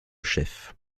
chef